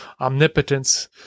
omnipotence